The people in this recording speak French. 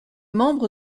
membre